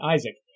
Isaac